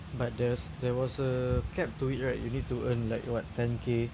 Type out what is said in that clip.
but there's there was uh cap to it right you need to earn like what ten k